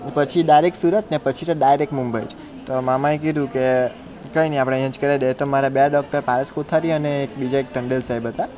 એક પછી ડાયરેક સુરત ને પછી તો ડાયરેક મુંબઈ તો મામાએ કીધું કે કંઇ નહીં આપણે અહીં જ કરાવી દઈએ તો મારે બે ડૉક્ટર પારસ કોઠારી અને એક બીજા એક ટંડેલ સાહેબ હતા